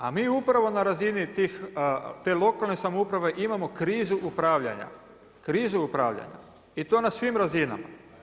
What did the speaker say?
A mi upravo na razini te lokalne samouprave, imamo krizu upravljanja, krizu upravljanja i to na svim razinama.